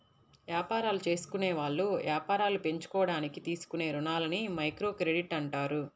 యాపారాలు జేసుకునేవాళ్ళు యాపారాలు పెంచుకోడానికి తీసుకునే రుణాలని మైక్రోక్రెడిట్ అంటారు